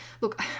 Look